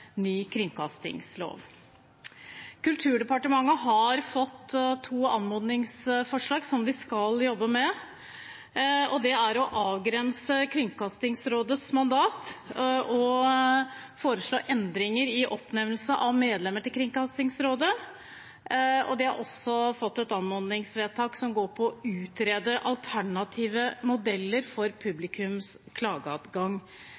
ny kringkastingslov. Kulturdepartementet har fått to anmodningsvedtak som de skal jobbe med. Det er å avgrense Kringkastingsrådets mandat og foreslå endring i oppnevnelse av medlemmer til Kringkastingsrådet. De har også fått et anmodningsvedtak som går ut på å utrede alternative modeller for